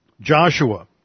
Joshua